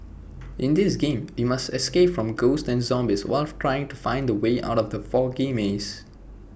in this game you must escape from ghosts and zombies while try to find the way out from the foggy maze